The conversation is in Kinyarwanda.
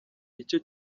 icyo